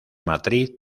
matriz